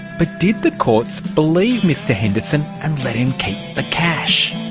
but did the courts believe mr henderson and let him keep the cash?